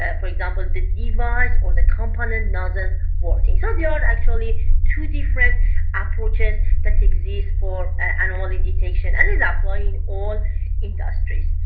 ah for example, the device or the component doesn't working, so are actually two different approaches that exist for. anomaly detection and is uploading all industries.